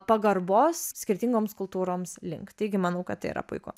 pagarbos skirtingoms kultūroms link taigi manau kad tai yra puiku